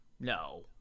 No